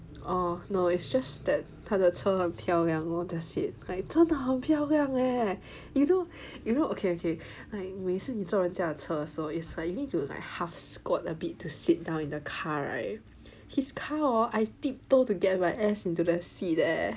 oh no it's just that 他的车很漂亮 lor that's it like 真的很漂亮 eh you know you know like ok ok like 每次你做人家的车的时候 it's like you need to like half squat a bit to sit down in the car right his car hor I tip toe to get my ass into the seat eh